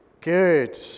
Good